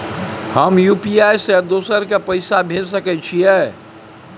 हम यु.पी.आई से दोसर के पैसा भेज सके छीयै?